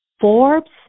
Forbes